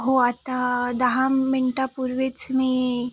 हो आत्ता दहा मिंटापूर्वीच मी